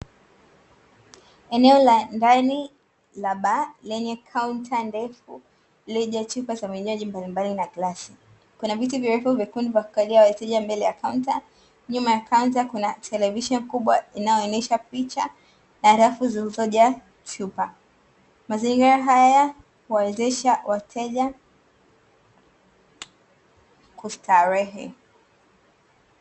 Eneo la ndani la baa lenye kaunta ndefu, lenye chupa za vinywaji mbalimbali na glasi. Kuna viti virefu vyekundu vya kukalia wateja mbele ya kaunta. Nyuma ya kaunta kuna televisheni kubwa inayoonyesha picha, na rafu zilizojaa chupa. Mazingira haya huwawezesha wateja kustarehe.